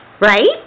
right